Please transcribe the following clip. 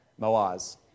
Moaz